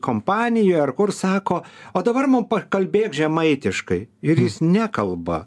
kompanijoj ar kur sako o dabar mum pakalbėk žemaitiškai ir jis nekalba